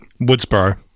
Woodsboro